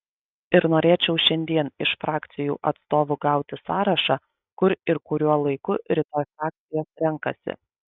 ir norėčiau šiandien iš frakcijų atstovų gauti sąrašą kur ir kuriuo laiku rytoj frakcijos renkasi